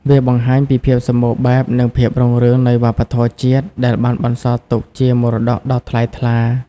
វាបង្ហាញពីភាពសម្បូរបែប និងភាពរុងរឿងនៃវប្បធម៌ជាតិ ដែលបានបន្សល់ទុកជាមរតកដ៏ថ្លៃថ្លា។